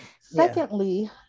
Secondly